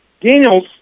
Daniels